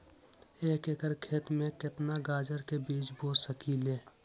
एक एकर खेत में केतना गाजर के बीज बो सकीं ले?